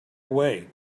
away